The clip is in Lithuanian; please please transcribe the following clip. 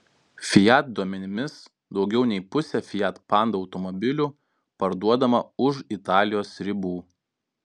fiat duomenimis daugiau nei pusė fiat panda automobilių parduodama už italijos ribų